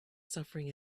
suffering